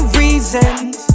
reasons